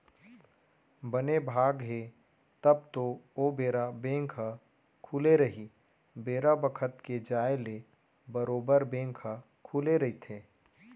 बने भाग हे तब तो ओ बेरा बेंक ह खुले रही बेरा बखत के जाय ले बरोबर बेंक ह खुले रहिथे